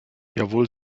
jawohl